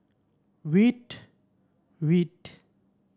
Veet Veet